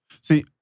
see